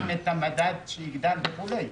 גם את המדד שיגדל וכולי.